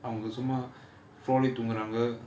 அவங்க சும்மா:avanga summa தூங்குறாங்க:thoonguraanga